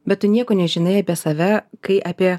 bet tu nieko nežinai apie save kai apie